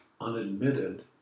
unadmitted